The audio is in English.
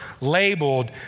labeled